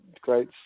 great